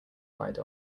ride